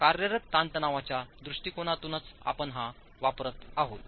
कार्यरत ताणतणावाच्या दृष्टिकोणातूनच आपण हा वापरत आहोत